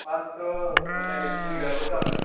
मात्र' माने थिनग्राल'सो आङो